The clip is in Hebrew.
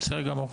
בסדר גמור.